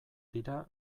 dira